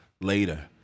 later